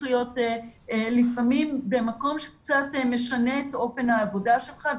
להיות לפעמים במקום שקצת משנה את אופן העבודה שלך.